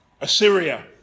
Assyria